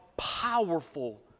powerful